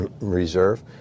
reserve